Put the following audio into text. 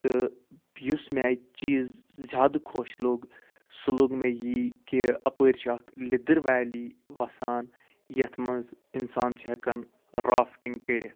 تہٕ یُس مےٚ اَتہِ چیٖز زیادٕ خۄش لوٚگ سُہ لوٚگ مےٚ یی کہِ اَپٲرۍ چھِ اکھ لِدٕر ویلی وَسان یتھ مَنٛز اِنسان چھُ ہیٚکان رافٹِنٛگ کٔرِتھ